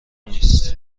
نیست